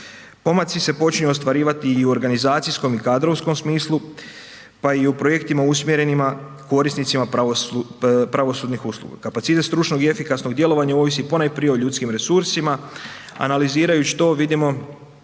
Pomaci se počinju ostvarivati i u organizacijskom i kadrovskom smislu, pa i u projektima usmjerenima korisnicima pravosudnih usluga. Kapacitet stručnog i efikasnog djelovanja ovisi ponajprije o ljudskim resursima. Analizirajući to vidimo